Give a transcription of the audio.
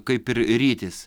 kaip ir rytis